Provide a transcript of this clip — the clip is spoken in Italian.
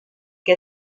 che